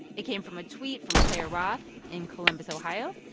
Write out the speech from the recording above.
it came from a tweet from claire roth in columbus, ohio.